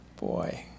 Boy